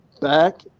back